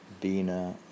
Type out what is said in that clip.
Bina